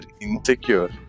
insecure